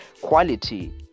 Quality